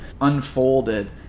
unfolded